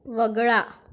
वगळा